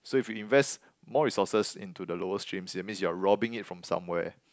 so if you invest more resources into the lower stream it means you are robbing it from somewhere